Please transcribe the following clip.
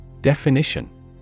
Definition